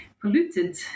polluted